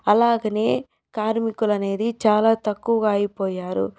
అలాగనే కార్మికులనేది చాలా తక్కువగా అయిపోయారు